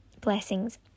Blessings